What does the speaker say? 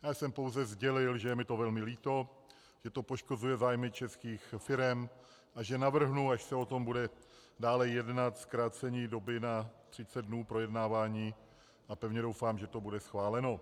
Já jsem pouze sdělil, že je mi to velmi líto, že to poškozuje zájmy českých firem a že navrhnu, až se o tom bude dále jednat, zkrácení doby na 30 dnů projednávání a pevně doufám, že to bude schváleno.